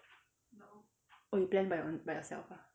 oh you plan by own by yourself ah